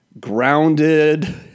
Grounded